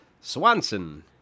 Swanson